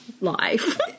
life